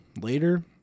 later